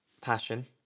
passion